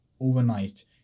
overnight